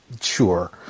Sure